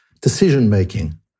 decision-making